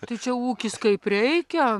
tai čia ūkis kaip reikia